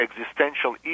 existential